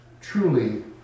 truly